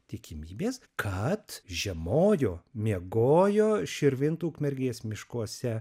tikimybės kad žiemojo miegojo širvintų ukmergės miškuose